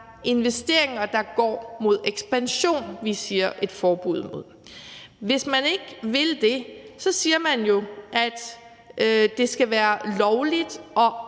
investeringer, der går mod ekspansion, vi ønsker et forbud mod. Hvis man ikke vil det, siger man jo, at det skal være lovligt